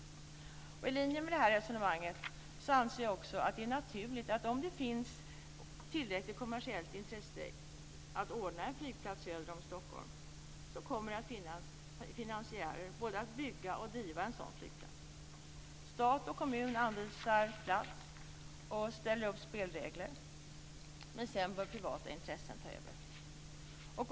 I linje med det resonemanget anser jag det också naturligt att om det finns tillräckligt kommersiellt intresse för att ordna en flygplats söder om Stockholm kommer det också att finnas finansiärer för att både bygga och driva en sådan flygplats. Stat och kommun anvisar plats och ställer upp spelregler, men sedan bör privata intressen ta över.